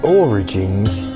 origins